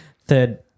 Third